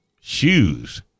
Shoes